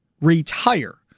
retire